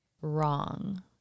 wrong